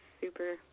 super